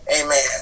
Amen